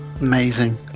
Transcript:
Amazing